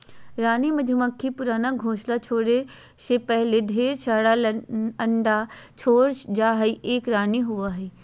रानी मधुमक्खी पुराना घोंसला छोरै से पहले ढेर सारा अंडा छोड़ जा हई, एक रानी होवअ हई